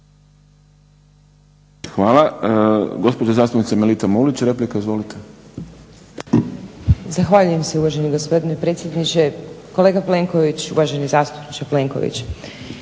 Hvala. Gospođa zastupnica Melita Mulić replika. Izvolite. **Mulić, Melita (SDP)** Zahvaljujem se uvaženi gospodine predsjedniče. Kolega Plenković, uvaženi zastupniče Plenković.